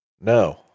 No